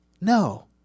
No